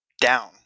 down